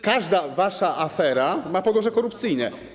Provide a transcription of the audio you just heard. Każda wasza afera ma podłoże korupcyjne.